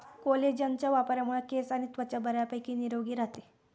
कोलेजनच्या वापरामुळे केस आणि त्वचा बऱ्यापैकी निरोगी राहते